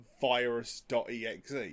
virus.exe